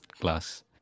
class